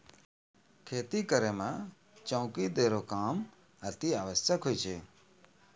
खेती करै म चौकी दै केरो काम अतिआवश्यक होय छै